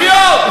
שייתנו לחיות,